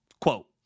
quote